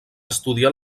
estudiar